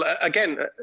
again